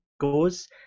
goes